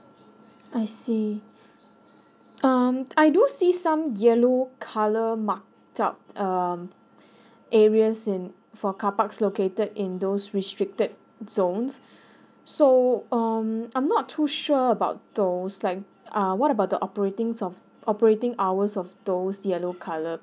I see um I do see some yellow colour marked out um areas in for carparks located in those restricted zones so um I'm not too sure about those like uh what about the operating of operating hours of those yellow colour